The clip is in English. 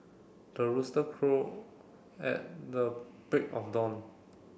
the rooster crow at the break of dawn